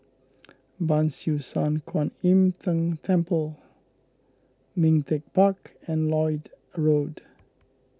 Ban Siew San Kuan Im Tng Temple Ming Teck Park and Lloyd Road